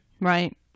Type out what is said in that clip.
Right